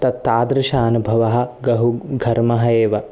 त तादृश अनुभवः बहु घर्मः एव